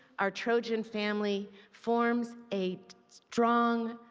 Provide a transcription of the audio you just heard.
our trojan family, forms a strong,